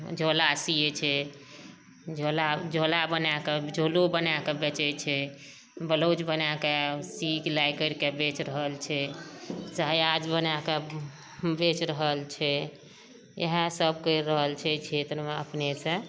झोला सीयै छै झोला झोला बनाए कए झोलो बनाए कए बेचै छै बलाउज बनाए कऽ सीक सिलाइ कैरिके बेच रहल छै साया आजु बनाए कऽ बेच रहल छै इहए सब कैरि रहल छै एहि क्षेत्रमे अपनेसॅं